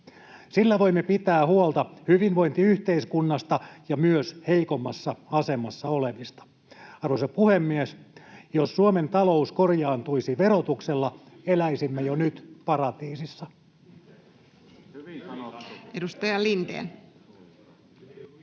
Sillä voimme pitää huolta hyvinvointiyhteiskunnasta ja myös heikommassa asemassa olevista. Arvoisa puhemies! Jos Suomen talous korjaantuisi verotuksella, eläisimme jo nyt paratiisissa. Edustaja Lindén.